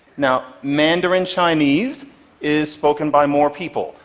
now, mandarin chinese is spoken by more people,